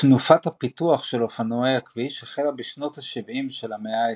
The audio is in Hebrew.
תנופת הפיתוח של אופנועי הכביש החלה בשנות ה-70 של המאה ה-20,